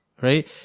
Right